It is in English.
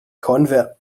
convert